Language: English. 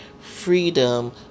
freedom